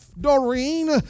Doreen